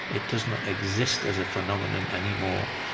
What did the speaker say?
it does not exist as a phenomenon anymore.